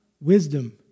wisdom